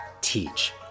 teach